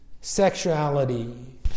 sexuality